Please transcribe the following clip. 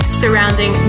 surrounding